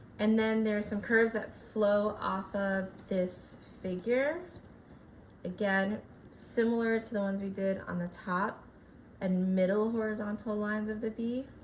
and then there's some curves that flow off of this figure again similar to the ones we did on the top and middle horizontal lines of the b,